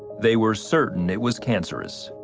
they were certain it was cancerous.